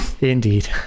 indeed